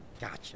Gotcha